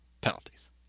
penalties